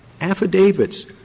affidavits